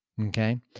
Okay